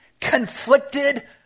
conflicted